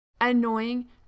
Annoying